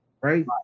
Right